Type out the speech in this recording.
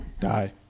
die